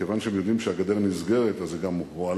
כיוון שהם יודעים שהגדר נסגרת אז זה גם הועלה,